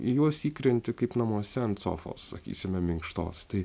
į juos įkrenti kaip namuose ant sofos sakysime minkštos tai